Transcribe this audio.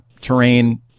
terrain